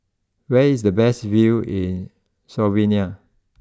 where is the best view in Slovenia